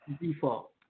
default